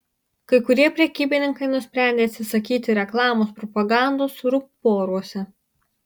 kai kurie prekybininkai nusprendė atsisakyti reklamos propagandos ruporuose